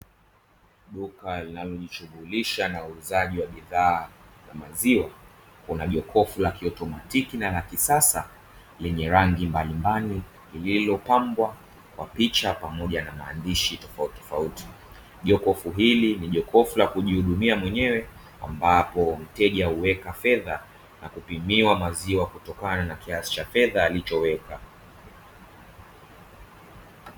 Duka linalojishughulisha na uuzaji wa bidhaa za maziwa kuna jokofu la ki automatiki na la kisasa yenye rangi mbalimbali lililopambwa kwa picha pamoja na maandishi tofautitofauti, jokofu hili ni jokofu la kujihudumia mwenyewe ambapo mteja huweka fedha na kupimiwa maziwa kutokana na kiasi cha fedha alichoweka.